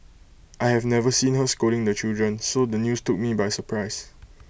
I have never seen her scolding the children so the news took me by surprise